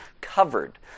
covered